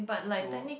so